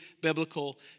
biblical